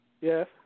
Yes